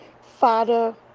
Father